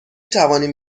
توانیم